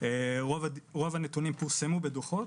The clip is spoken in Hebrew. רוב הנתונים פורסמו בדוחות